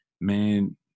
man